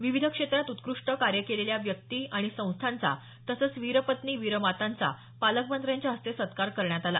विविध क्षेत्रात उत्कृष्ट कार्य केलेल्या व्यक्ती आणि संस्थांचा तसंच वीरपत्नी वीरमातांचा पालकमंत्र्यांच्या हस्ते सत्कार करण्यात आला